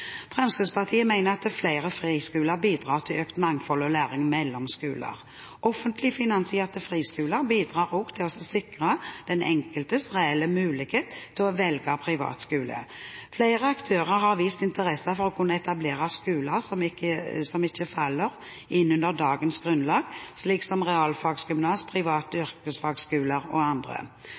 Fremskrittspartiet mener at flere friskoler bidrar til økt mangfold og læring mellom skoler. Offentlig finansierte friskoler bidrar også til å sikre den enkeltes reelle mulighet til å velge en privat skole. Flere aktører har vist interesse for å kunne etablere skoler som ikke faller inn under dagens grunnlag, slik som realfagsgymnas, private